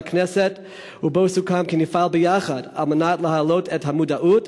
הכנסת ובה סוכם כי נפעל ביחד על מנת להעלות את המודעות